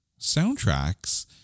soundtracks